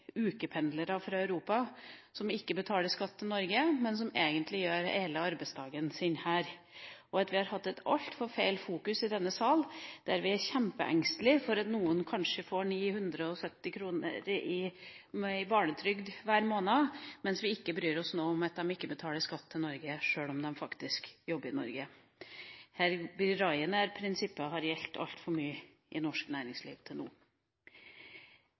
ukependlere fra Europa som ikke betaler skatt til Norge, men som egentlig har hele arbeidsdagen sin her, og at vi har hatt et altfor feil fokus i denne sal. Vi er kjempeengstelige for at noen kanskje får 970 kr i barnetrygd hver måned, mens vi ikke bryr oss om at de ikke betaler skatt til Norge, sjøl om de faktisk jobber i Norge. Ryanair-prinsippet har gjeldt altfor mye i norsk næringsliv til nå.